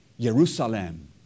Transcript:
Jerusalem